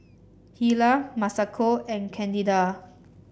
Hilah Masako and Candida